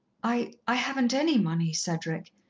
i i haven't any money, cedric.